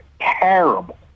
terrible